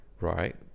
right